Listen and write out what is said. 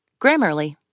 Grammarly